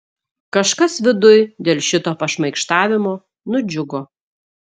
kažkas viduj dėl šito pašmaikštavimo nudžiugo